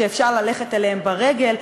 שאפשר ללכת אליהם ברגל.